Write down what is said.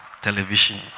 television